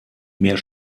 mehr